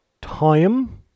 time